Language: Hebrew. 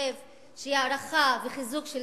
חושב שהיא הארכה וחיזוק של